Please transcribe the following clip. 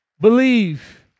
believe